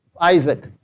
Isaac